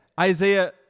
Isaiah